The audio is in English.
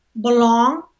belong